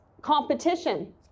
competition